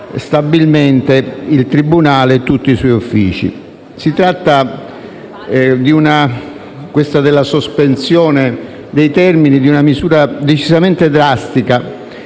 stabilmente il tribunale e tutti i suoi uffici. Questa della sospensione dei termini è una misura decisamente drastica,